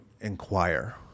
inquire